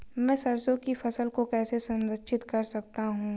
मैं सरसों की फसल को कैसे संरक्षित कर सकता हूँ?